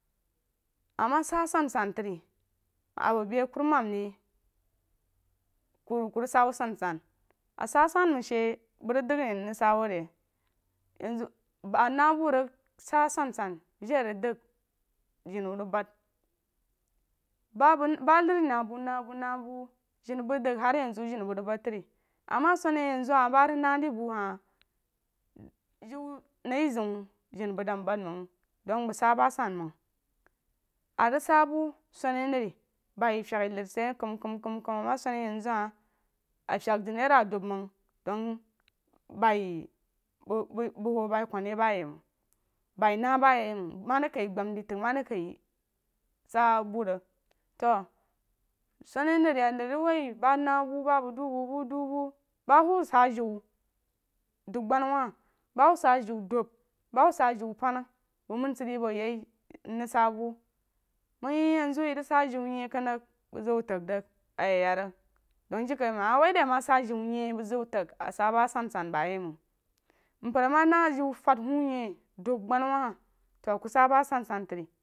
Ama sah a sansan trí a bo beh kurumam ri ku rig sah wu sansan a sah sonməng she məng rig dəng a nei mrig sah wu re yen zu bəng a na bu rí sah asansan jeí rig dəng jeni wu rig bad ba bəng ba neri na bu na bu na bu na bu jeni bəng dəng har yen zu jeni bəng rig bad trí ama suni a yen zu hah ba rig na de bu hah mm jíu naí zeun jeni bəng dan ban məng sah ba san məng a rig sah bu suni a nari bni fye ler sid ye kəm kəm kəm kəm ama suni a yen zu hah a fye di naira dub məng dəng baí bəng bəng wu baī kum nah ba yi məng baí nah ba yeh məng ma rí kah gbam dí tang ma rí kah sah bu rig to suni a nari marí rig wui ba na bu ba bəng du bəng bu ɗu bu du ɓu ba hah jiw dub – agbana wah ba dub sah jiw dub ba wab sah jíu pane məng mən sid de wu ye mman rig sha bu məng yeh yen zu ye rig sah jíw nyeh kan rig bəng zəng wu tagh reg a yí yak rig dəng jirikaí məng ama wah ai ama sah jiw nyeh bəng zak wu tag a sah ba sansan ba yeh məng mpər ama rig jíw fad huunyeh dub – agban awah to ku sah ba sansan trí